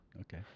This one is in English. Okay